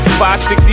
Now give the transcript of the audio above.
560